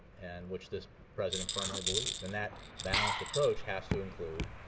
and which this president firmly believes. and that balanced approach has to include